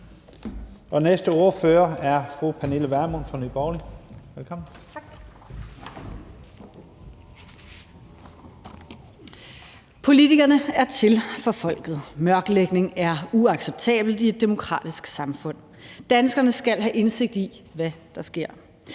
12:44 (Ordfører) Pernille Vermund (NB): Tak. Politikerne er til for folket. Mørklægning er uacceptabelt i et demokratisk samfund. Danskerne skal have indsigt i, hvad der sker.